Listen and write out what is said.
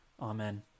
Amen